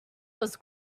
was